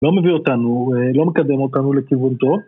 לא מביא אותנו, לא מקדם אותנו לכיוון טוב